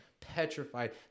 Petrified